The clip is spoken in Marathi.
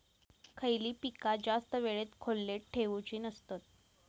खयली पीका जास्त वेळ खोल्येत ठेवूचे नसतत?